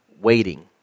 waiting